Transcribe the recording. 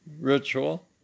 ritual